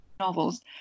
novels